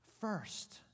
first